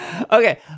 Okay